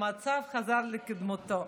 המצב חזר לקדמותו.